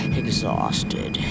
exhausted